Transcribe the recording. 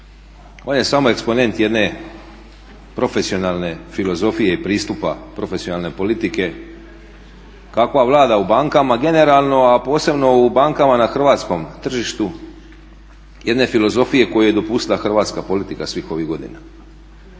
On je samo eksponent jedne profesionalne filozofije pristupa, profesionalne politike kakva vlada u bankama generalno, a posebno u bankama na hrvatskom tržištu jedne filozofije koju je dopustila hrvatska politika svih ovih godina.